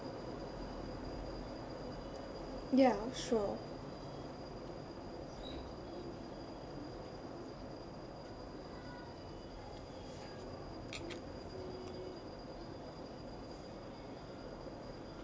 ya sure